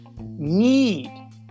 need